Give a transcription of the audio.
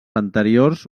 anteriors